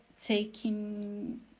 taking